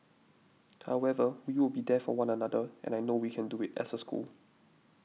however we will be there for one another and I know we can do it as a school